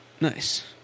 Nice